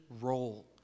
role